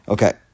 Okay